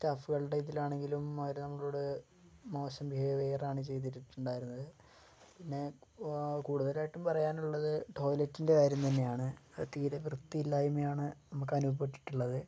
സ്റ്റാഫുകളുടെ ഇതിൽ ആണെങ്കിലും അവർ നമ്മളോട് മോശം ബിഹേവ്യറാണ് ചെയ്തിരിട്ടുണ്ടാര്ന്നത് പിന്നെ കൂട്തലായിട്ടും പറയാൻ ഉള്ളത് ടോയ്ലറ്റിൻറ്റെ കാര്യം തന്നെയാണ് അത് തീരെ വൃത്തിയില്ലായ്മ്മയാണ് നമുക്ക് അനുഭവപ്പെട്ടിട്ടുള്ളത്